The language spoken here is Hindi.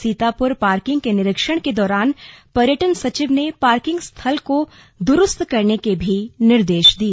सीतापुर पार्किंग के निरीक्षण के दौरान पर्यटन सचिव ने पार्किंग स्थल को दुरुस्त करने के भी निर्देश दिए